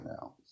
now